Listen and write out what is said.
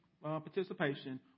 participation